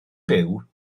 byw